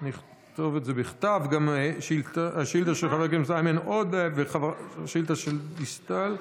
גם השאילתה של חבר הכנסת איימן עודה והשאילתה של חברת הכנסת דיסטל.